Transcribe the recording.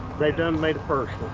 they done made it